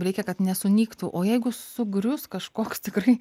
reikia kad nesunyktų o jeigu sugrius kažkoks tikrai